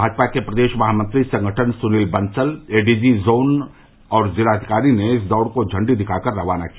भाजपा के प्रदेश महामंत्री संगठन सुनील बंसल एडीजी मेरठ जोन और जिलाधिकारी ने इस दौड़ को झंडी दिखाकर रवाना किया